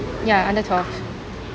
ya under twelve